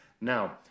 Now